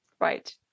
Right